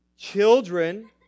Children